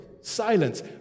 silence